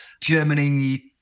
Germany